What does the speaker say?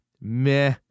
Meh